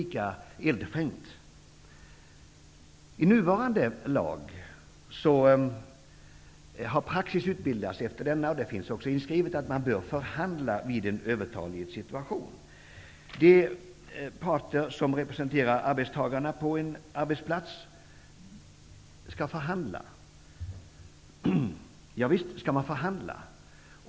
Med nuvarande lag har praxis utbildats, och det finns också inskrivet, att man bör förhandla vid en övertalighetssituation, och visst skall man förhandla.